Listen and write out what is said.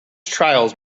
trials